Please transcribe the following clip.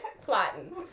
plotting